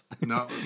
no